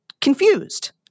confused